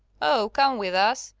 oh, come with us!